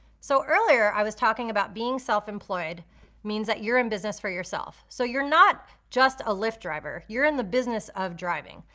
so earlier i was talking about being self-employed means that you're in business for yourself. so you're not just a lyft driver, you're in the business of driving.